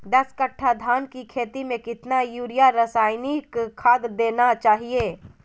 दस कट्टा धान की खेती में कितना यूरिया रासायनिक खाद देना चाहिए?